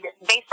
based